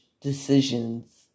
decisions